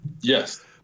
Yes